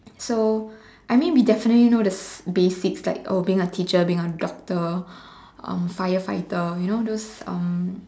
so I mean we definitely know the basics like oh being a teacher being a doctor um firefighter you know those um